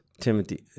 Timothy